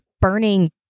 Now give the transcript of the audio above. burning